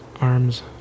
arms